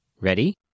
Ready